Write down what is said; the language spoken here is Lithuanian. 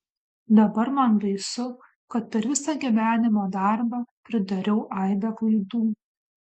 dabar man baisu kad per visą gyvenimo darbą pridariau aibę klaidų